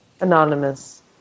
Anonymous